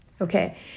okay